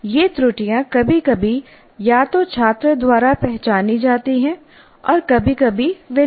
ये त्रुटियां कभी कभी या तो छात्र द्वारा पहचानी जाती हैं और कभी कभी वे नहीं